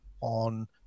on